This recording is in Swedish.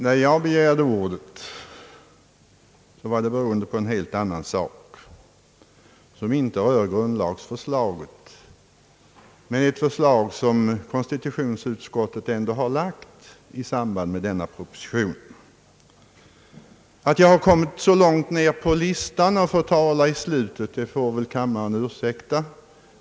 Att jag begärde ordet berodde på en helt annan sak som inte rör grundlagsförslaget men ändå är ett förslag som konstitutionsutskottet lagt fram i samband med denna proposition. Att jag hamnat så långt ned på talarlistan får väl kammaren ursäkta.